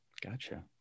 Gotcha